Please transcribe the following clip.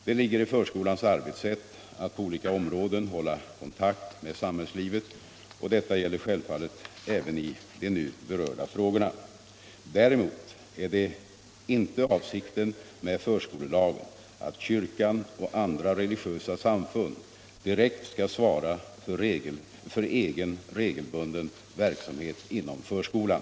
Det ligger i förskolans arbetssätt att på olika områden hålla kontakt med samhällslivet, och detta gäller självfallet även i de nu berörda frågorna. Däremot är det inte avsikten med förskolelagen att kyrkan och Om samverkan andra religiösa samfund direkt skall svara för egen regelbunden verk = mellan kyrkans samhet inom förskolan.